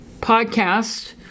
podcast